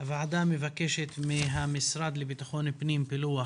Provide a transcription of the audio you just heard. הוועדה מבקשת מהמשרד לבטחון פנים פילוח